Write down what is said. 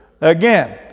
Again